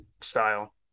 style